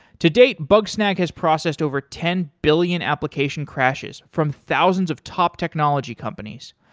to-date, bugsnag has processed over ten billion application crashes from thousands of top technology companies.